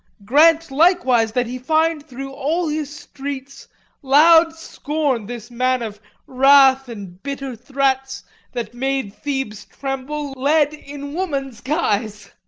grant likewise that he find through all his streets loud scorn, this man of wrath and bitter threats that made thebes tremble, led in woman's guise.